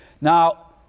Now